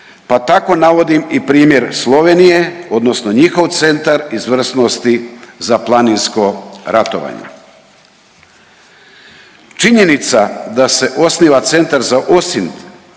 pa tako navodim i primjer Slovenije odnosno njihov Centar izvrsnosti za planinsko ratovanje. Činjenica da se osniva Centar za